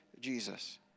Jesus